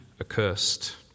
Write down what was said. accursed